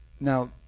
Now